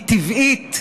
היא טבעית,